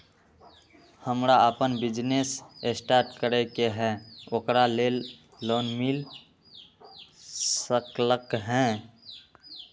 हमरा अपन business start करे के है ओकरा लेल लोन मिल सकलक ह?